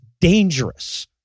dangerous